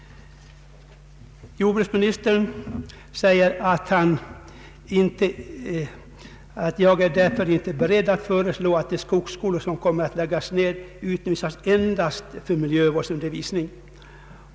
Jordbruksministern säger att han inte är beredd att föreslå att de skogsskolor som kommer att läggas ned endast utnyttjas för miljövårdsundervisning.